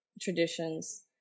traditions